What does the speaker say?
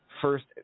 first